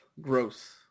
gross